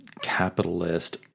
capitalist